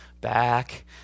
back